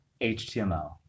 html